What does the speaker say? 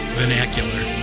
vernacular